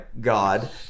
God